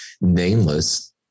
nameless